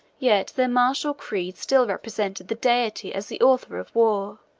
yet their martial creed still represented the deity as the author of war